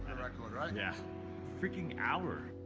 record right? yeah. a freaking hour.